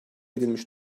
edilmiş